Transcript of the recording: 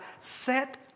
Set